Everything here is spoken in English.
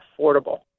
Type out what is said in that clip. affordable